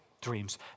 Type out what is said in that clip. dreams